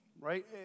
right